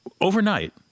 overnight